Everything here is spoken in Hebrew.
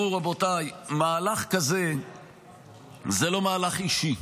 ראו, רבותיי, מהלך כזה זה לא מהלך אישי.